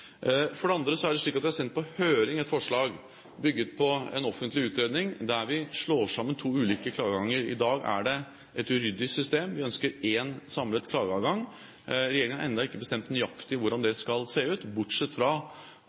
For det andre er det slik at vi har sendt på høring et forslag bygget på en offentlig utredning, der vi slår sammen to ulike klageadganger. I dag er det et uryddig system; vi ønsker én samlet klageadgang. Regjeringen har ennå ikke bestemt nøyaktig hvordan det skal se ut, bortsett fra